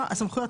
החוקה.